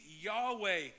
Yahweh